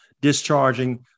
Discharging